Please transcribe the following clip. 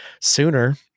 Sooner